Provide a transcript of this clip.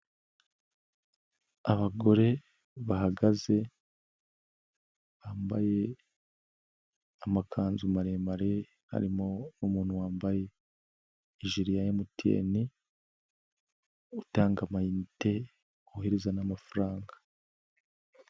Abagore bahagaze bambaye amakanzu maremare harimo umuntu wambaye ijire ya MTN utanga amayinite wohereza n'amafaranga.